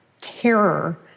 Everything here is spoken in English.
terror